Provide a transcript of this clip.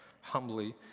humbly